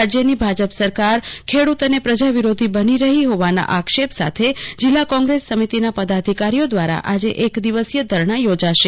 રાજ્યની ભાજપ સરકાર ખેડૂત અને પ્રજા વિરોધી બની રહી હોવાના આક્ષેપ સાથે જીલ્લા કોંગ્રેસ સમિતિના પદાધિકારીઓ દ્વારા આજે એક દિવસીય ધરણાયોજાશે